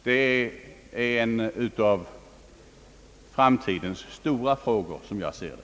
Det är en av framtidens stora frågor såsom jag ser det.